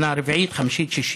שנה רביעית, חמישית, שישית.